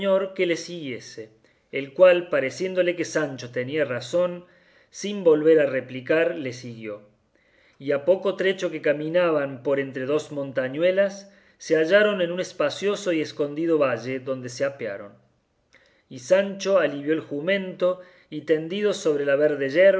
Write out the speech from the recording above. que le siguiese el cual pareciéndole que sancho tenía razón sin volverle a replicar le siguió y a poco trecho que caminaban por entre dos montañuelas se hallaron en un espacioso y escondido valle donde se apearon y sancho alivió el jumento y tendidos sobre la verde yerba